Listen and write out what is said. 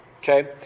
Okay